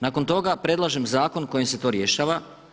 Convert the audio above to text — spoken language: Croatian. Nakon toga, predlažem zakon kojim se to rješava.